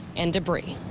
and debris.